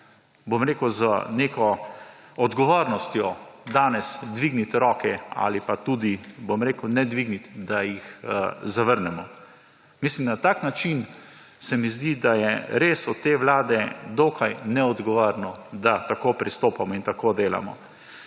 bom rekel, z neko odgovornostjo danes dvigniti roke ali pa tudi, bom rekel, ne dvigniti, da jih zavrnemo. Mislim, na tak način se mi zdi, da je res od te vlade dokaj neodgovorno, da tako pristopamo in tako delamo.